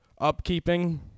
Upkeeping